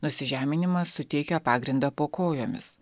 nusižeminimas suteikia pagrindą po kojomis